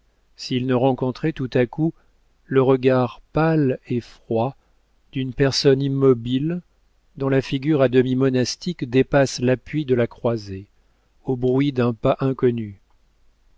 s'il ne rencontrait tout à coup le regard pâle et froid d'une personne immobile dont la figure à demi monastique dépasse l'appui de la croisée au bruit d'un pas inconnu